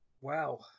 wow